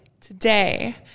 Today